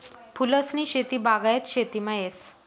फूलसनी शेती बागायत शेतीमा येस